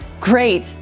Great